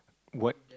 what